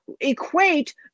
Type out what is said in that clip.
equate